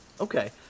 Okay